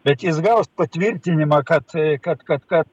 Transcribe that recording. bet jis gaus patvirtinimą kad kad kad kad